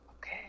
Okay